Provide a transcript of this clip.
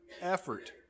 effort